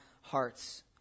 hearts